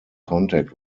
contact